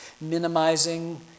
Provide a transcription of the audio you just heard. minimizing